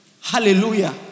Hallelujah